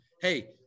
hey